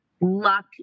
luck